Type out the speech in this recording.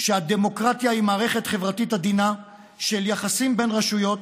שהדמוקרטיה היא מערכת חברתית עדינה של יחסים בין רשויות